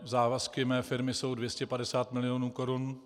Závazky mé firmy jsou 250 milionů korun.